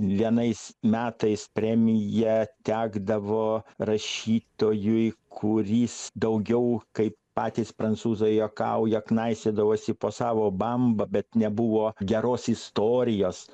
vienais metais premija tekdavo rašytojui kuris daugiau kaip patys prancūzai juokauja knaisiodavosi po savo bambą bet nebuvo geros istorijos